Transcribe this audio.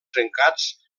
trencats